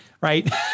right